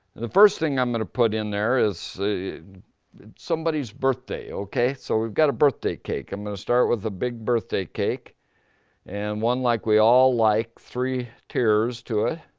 the first thing i'm gonna put in there is. it's somebody's birthday, okay? so we've got a birthday cake. i'm gonna start with a big birthday cake and one like we all like, three tiers to it.